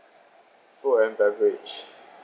food and beverage